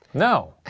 no.